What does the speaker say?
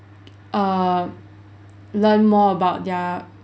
err learn about their